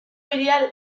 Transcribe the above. hiria